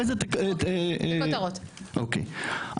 אוקיי,